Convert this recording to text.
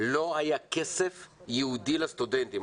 לא היה כסף ייעודי לסטודנטים,